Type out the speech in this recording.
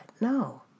No